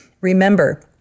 Remember